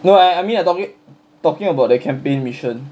no I I mean I talking talking about the campaign mission